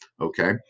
Okay